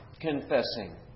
confessing